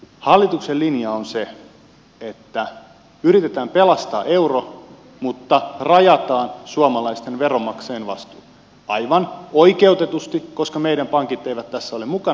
hallituksen linja on se että yritetään pelastaa euro mutta rajataan suomalaisten veronmaksajien vastuu aivan oikeutetusti koska meidän pankkit eivät ole tässä mukana